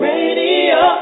Radio